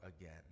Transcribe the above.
again